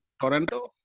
Toronto